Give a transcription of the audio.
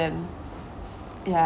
and ya